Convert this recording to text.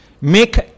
Make